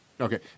Okay